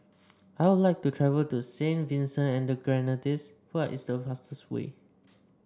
I would like to travel to Saint Vincent and the Grenadines what is the fastest way there